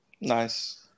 Nice